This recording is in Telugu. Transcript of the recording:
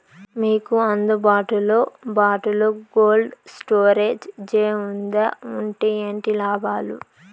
మీకు అందుబాటులో బాటులో కోల్డ్ స్టోరేజ్ జే వుందా వుంటే ఏంటి లాభాలు?